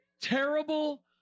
Terrible